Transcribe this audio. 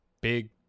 big